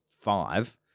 five